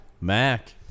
Mac